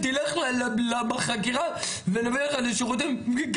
תלך בחקירה ונביא לך לשירותים.